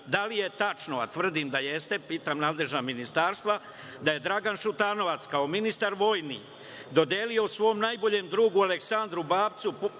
Da li je tačno, a tvrdim da jeste, pitam nadležna ministarstva, da je Dragan Šutanovac kao ministar vojni dodelio svom najboljem drugu Aleksandru Babcu